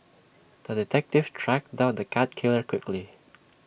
the detective tracked down the cat killer quickly